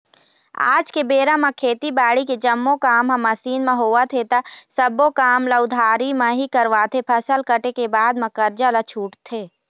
आज के बेरा म खेती बाड़ी के जम्मो काम ह मसीन म होवत हे ता सब्बो काम ल उधारी म ही करवाथे, फसल कटे के बाद म करजा ल छूटथे